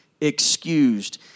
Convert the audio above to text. excused